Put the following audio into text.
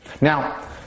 Now